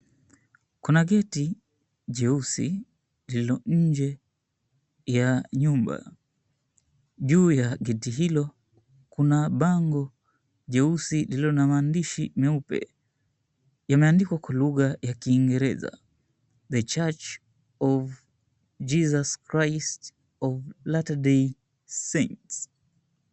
Kuna geti jeusi lililo nje ya nyumba. Juu ya geti hilo kuna bango jeusi lililo na maandishi meupe, yameandikwa kwa lugha ya kiingereza; The Church of Jesus Christ of Latter Day Saints.